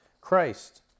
Christ